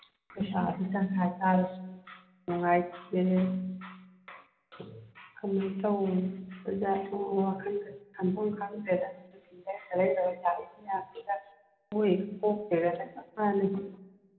ꯄꯩꯁꯥꯗꯨ ꯇꯪꯈꯥꯏ ꯇꯥꯔꯁꯨ ꯅꯨꯡꯉꯥꯏꯇꯦ ꯀꯃꯥꯏ ꯇꯧꯕꯖꯥꯠꯅꯣ ꯋꯥꯈꯟꯒꯁꯦ ꯈꯟꯕꯝ ꯈꯪꯗ꯭ꯔꯦꯗ ꯃꯣꯏ